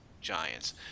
Giants